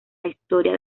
historia